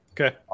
Okay